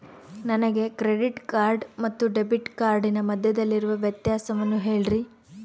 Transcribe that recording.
ನನಗೆ credit card ಮತ್ತು debit ಕಾರ್ಡಿನ ಮಧ್ಯದಲ್ಲಿರುವ ವ್ಯತ್ಯಾಸವನ್ನು ಹೇಳ್ರಿ?